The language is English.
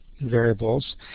variables